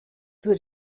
zur